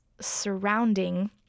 Surrounding